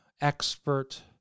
expert